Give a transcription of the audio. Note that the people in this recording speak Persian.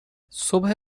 صبح